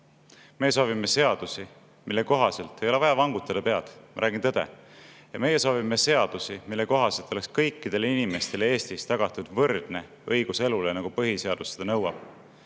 Me soovime seadusi, mille kohaselt … Ei ole vaja pead vangutada, ma räägin tõtt. Meie soovime seadusi, mille kohaselt oleks kõikidele inimestele Eestis tagatud võrdne õigus elule, nagu põhiseadus seda nõuab.